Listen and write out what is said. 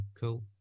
cool